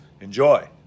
Enjoy